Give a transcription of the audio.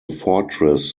fortress